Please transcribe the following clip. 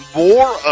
more